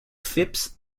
phipps